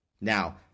Now